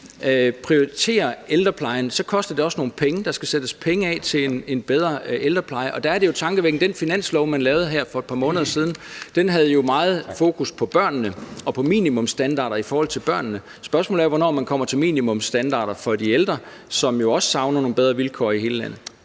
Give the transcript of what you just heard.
prioriterer ældreplejen, koster det også nogle penge. Der skal sættes penge af til en bedre ældrepleje. Der er det jo tankevækkende, at den finanslov, man lavede her for et par måneder siden, havde meget fokus på børnene og på minimumsstandarder i forhold til børnene. Spørgsmålet er, hvornår man kommer til minimumsstandarder for de ældre, som jo også savner nogle bedre vilkår i hele landet.